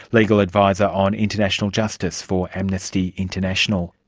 legal adviser on international justice for amnesty international.